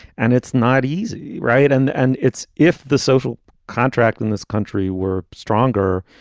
and it's not easy. right. and and it's if the social contract in this country were stronger,